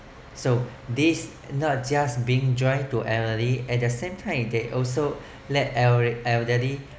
so this not just being drive to elderly at the same time they also let el~ elderly